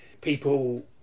people